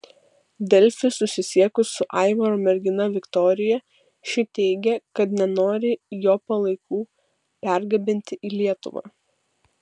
delfi susisiekus su aivaro mergina viktorija ši teigė kad nenori jo palaikų pergabenti į lietuvą